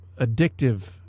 addictive